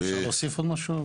אפשר להוסיף עוד משהו?